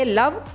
love